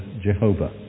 Jehovah